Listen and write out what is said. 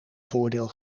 voordeel